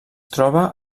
troba